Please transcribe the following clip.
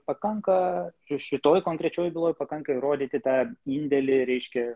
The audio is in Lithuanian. pakanka šitoj konkrečioj byloj pakanka įrodyti tą indėlį reiškia